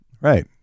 right